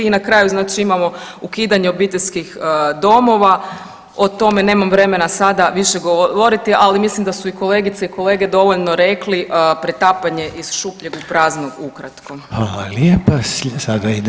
I na kraju znači imamo ukidanje obiteljskih domova, o tome nemam vremena sada više govoriti, ali mislim da su i kolegice i kolege dovoljno rekli pretapanje iz šuplje u prazno ukratko.